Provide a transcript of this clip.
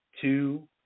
two